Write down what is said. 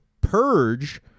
purge